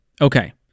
Okay